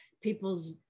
people's